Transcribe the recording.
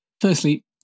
Firstly